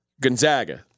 Gonzaga